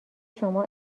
شما